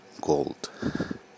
gold